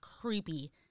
creepy